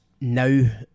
now